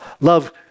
Love